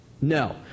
No